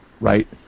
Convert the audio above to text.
right